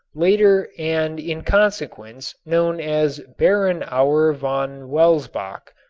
later and in consequence known as baron auer von welsbach.